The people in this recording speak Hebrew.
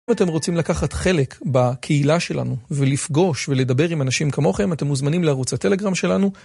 אם אתם רוצים לקחת חלק בקהילה שלנו ולפגוש ולדבר עם אנשים כמוכם אתם מוזמנים לערוץ הטלגראם שלנו